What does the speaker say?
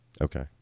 okay